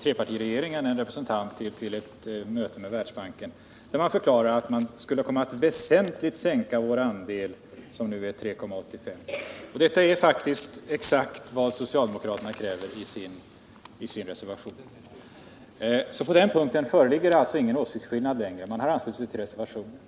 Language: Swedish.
trepartiregeringen en representant till ett möte med Världsbanken, där han förklarade att vi skulle komma att väsentligt sänka vår andel, som nu är 3,85 96. Detta är faktiskt vad socialdemokraterna kräver i sin reservation. På den punkten föreligger alltså inte längre någon åsiktsskillnad. Man har anslutit sig till reservationen.